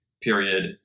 period